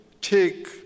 take